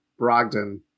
Brogdon